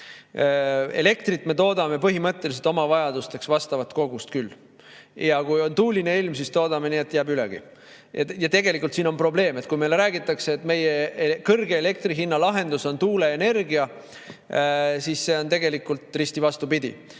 Elektrit me toodame põhimõtteliselt oma vajadusteks vastavat kogust küll. Kui on tuuline ilm, siis toodame nii, et jääb ülegi. Ja tegelikult siin on probleem. Kui meile räägitakse, et meie kõrge elektrihinna lahendus on tuuleenergia, siis see on tegelikult risti vastupidi.